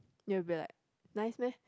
we will be like nice meh